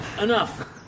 enough